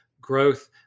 growth